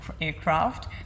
aircraft